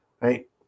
right